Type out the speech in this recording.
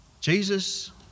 Jesus